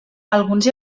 alguns